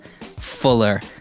fuller